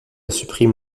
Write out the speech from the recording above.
supprime